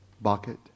bucket